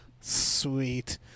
sweet